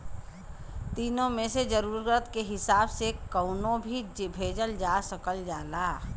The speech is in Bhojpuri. तीनो मे से जरुरत क हिसाब से कउनो भी भेजल जा सकल जाला